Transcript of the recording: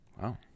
Wow